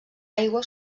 aigua